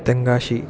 Tenkasi